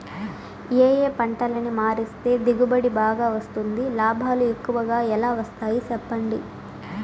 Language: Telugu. ఏ ఏ పంటలని మారిస్తే దిగుబడి బాగా వస్తుంది, లాభాలు ఎక్కువగా ఎలా వస్తాయి సెప్పండి